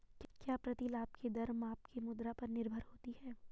क्या प्रतिलाभ की दर माप की मुद्रा पर निर्भर होती है?